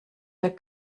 der